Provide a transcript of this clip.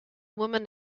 woman